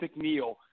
McNeil